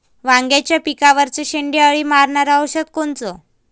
वांग्याच्या पिकावरचं शेंडे अळी मारनारं औषध कोनचं?